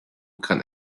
kann